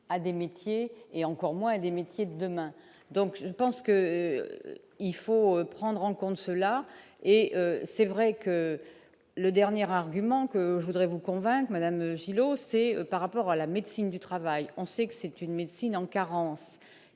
à des métiers et encore moins des métiers de demain, donc je pense qu'il faut prendre en compte cela et c'est vrai que le dernier argument que je voudrais vous convaincre Madame Gillot, c'est par rapport à la médecine du travail, on sait que c'est une médecine en carence